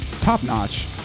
top-notch